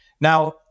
Now